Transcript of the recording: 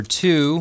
two